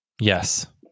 yes